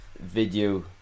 video